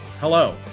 Hello